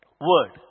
word